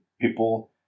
people